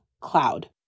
Cloud